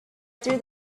through